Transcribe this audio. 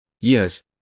Yes